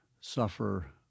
suffer